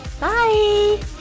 bye